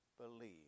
believe